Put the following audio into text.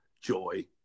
joy